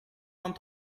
vingt